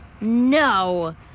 No